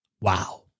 Wow